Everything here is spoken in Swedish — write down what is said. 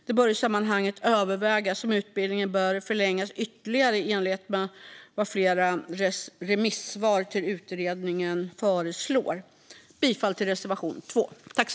Det bör i sammanhanget övervägas om utbildningen bör förlängas ytterligare, i enlighet med vad flera remissvar till utredningen föreslår. Jag yrkar bifall till reservation 2.